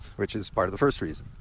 which is part of the first reason.